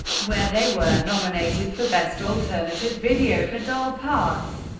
where they were nominated for best alternative video for doll parts.